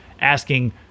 asking